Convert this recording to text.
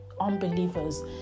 unbelievers